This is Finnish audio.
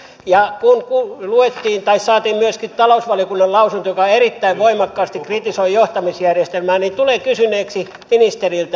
ja kun saimme myöskin talousvaliokunnan lausunnon joka erittäin voimakkaasti kritisoi johtamisjärjestelmää niin tulen kysyneeksi ministeriltä